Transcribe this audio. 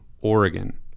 Oregon